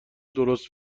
درست